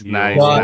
nice